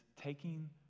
taking